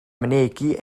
mynegi